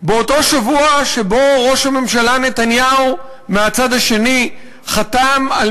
באותו שבוע שבו ראש הממשלה נתניהו מהצד השני חתם על